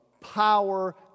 power